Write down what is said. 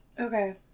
Okay